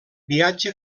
viatge